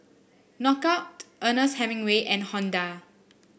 Knockout Ernest Hemingway and Honda